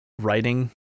writing